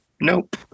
Nope